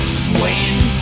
swaying